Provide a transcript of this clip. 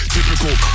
Typical